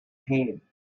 pain